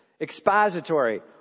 expository